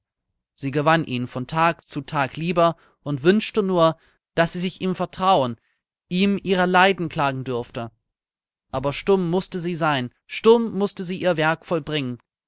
sie gewann ihn von tag zu tag lieber und wünschte nur daß sie sich ihm vertrauen ihm ihre leiden klagen dürfte aber stumm mußte sie sein stumm mußte sie ihr werk vollbringen